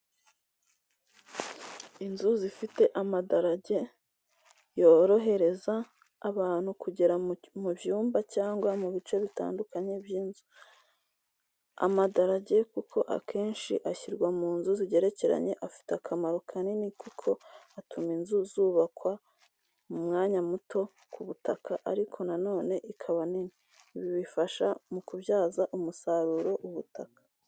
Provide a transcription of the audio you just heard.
Inzu zifite amadarage yorohereza abantu kugera mu byumba cyangwa mu bice bitandukanye by'inzu. Amadarage kuko akenshi ashyirwa mu nzu zigerekeranye afite akamaro kanini kuko atuma inzu zubakwa mu mwanya muto ku butaka ariko na none ikaba nini, ibi bifasha mu kubyaza umusaruro ubutaka.